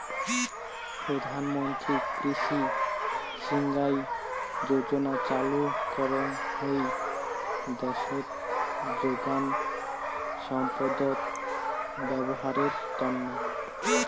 প্রধান মন্ত্রী কৃষি সিঞ্চাই যোজনা চালু করঙ হই দ্যাশোত যোগান সম্পদত ব্যবহারের তন্ন